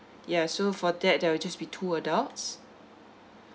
ya so for that there'll just be two adults